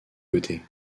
côtés